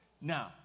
Now